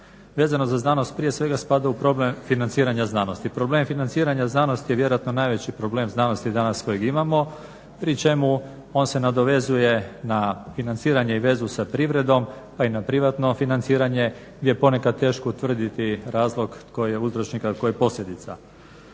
vezano za znanost prije svega spada u problem financiranja znanosti. Problem financiranja znanosti je vjerojatno najveći problem znanosti danas kojeg imamo pri čemu on se nadovezuje na financiranje i vezu sa privredom, pa i na privatno financiranje gdje je ponekad teško utvrditi razloga tko je uzročnik a tko je posljedica.